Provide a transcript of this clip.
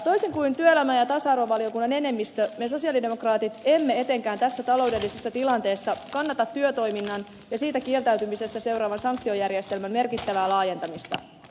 toisin kuin työelämä ja tasa arvovaliokunnan enemmistö me sosialidemokraatit emme etenkään tässä taloudellisessa tilanteessa kannata työtoiminnan ja siitä kieltäytymisestä seuraavan sanktiojärjestelmän merkittävää laajentamista